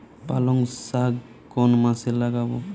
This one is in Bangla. পালংশাক কোন মাসে লাগাব?